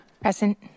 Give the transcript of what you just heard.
Present